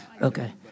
Okay